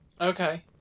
Okay